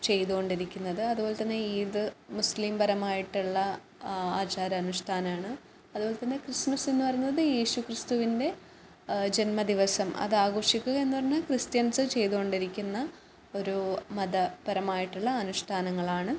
ചെയ്തുകൊണ്ടിരിക്കുന്നത് അതുപോലെ തന്നെ ഈദ് മുസ്ലീം പരമായിട്ടുള്ള ആചാരാനുഷ്ഠാനമാണ് അതുപോലെ തന്നെ ക്രിസ്മസ് എന്ന് പറയുന്നത് യേശുക്രിസ്തുവിൻ്റെ ജന്മദിവസം അത് ആഘോഷിക്കുക എന്ന് പറഞ്ഞാൽ ക്രിസ്റ്റ്യൻസ് ചെയ്തുകൊണ്ടിരിക്കുന്ന ഒരു മതപരമായിട്ടുള്ള അനുഷ്ഠാനങ്ങളാണ്